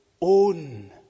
own